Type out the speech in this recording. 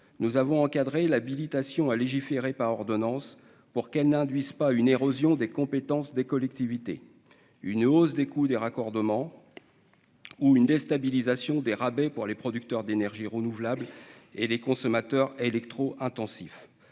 nous avons encadrer l'habilitation à légiférer par ordonnances pour qu'elle n'induise pas une érosion des compétences des collectivités, une hausse des coûts des raccordements ou une déstabilisation des rabais pour les producteurs d'énergie renouvelable et les consommateurs électro-intensifs